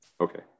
Okay